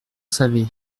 savez